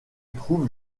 trouve